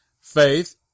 Faith